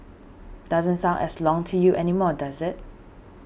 doesn't sound as long to you anymore does it